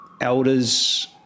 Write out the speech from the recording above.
elders